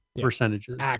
percentages